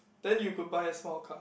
then you could buy a small car